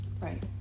Right